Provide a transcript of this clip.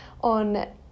on